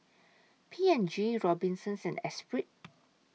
P and G Robinsons and Esprit